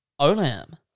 Olam